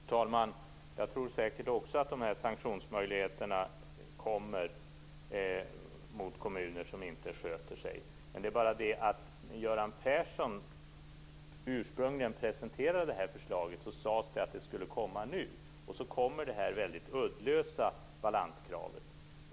Fru talman! Jag tror också att det säkert kommer sanktionsmöjligheter mot kommuner som inte sköter sig. Det är bara det att när Göran Persson ursprungligen presenterade förslaget sades det att de skulle komma nu. Sedan kommer det här väldigt uddlösa balanskravet.